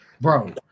Bro